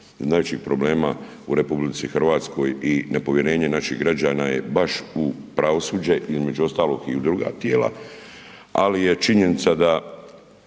najvećih problema u RH i nepovjerenje naših građana je baš u pravosuđe, između ostalog i u druga tijela, ali je činjenica da